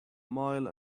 mile